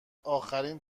آخرین